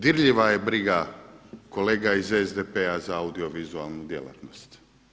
Dirljiva je briga kolega iz SDP-a za audiovizualnu djelatnost.